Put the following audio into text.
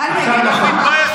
את לא מתביישת?